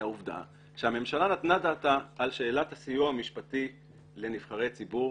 לעובדה שהממשלה נתנה דעתה על שאלת הסיוע המשפטי לנבחרי ציבור